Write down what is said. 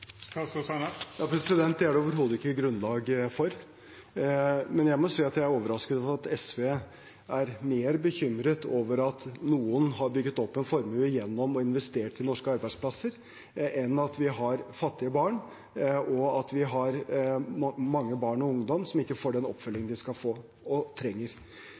Det er det overhodet ikke grunnlag for. Men jeg må si at jeg er overrasket over at SV er mer bekymret over at noen har bygd opp en formue gjennom å investere i norske arbeidsplasser, enn over at vi har fattige barn, og at vi har mange barn og ungdom som ikke får den oppfølgingen de skal få og trenger.